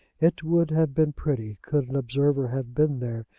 it would have been pretty, could an observer have been there,